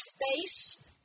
space